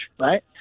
right